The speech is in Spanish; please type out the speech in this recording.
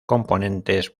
componentes